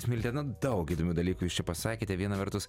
smilte na daug įdomių dalykų jūs čia pasakėte viena vertus